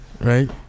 right